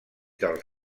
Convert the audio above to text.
dels